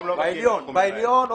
בעליון.